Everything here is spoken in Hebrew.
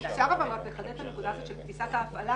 אפשר לחדד את הנקודה של תפיסת ההפעלה?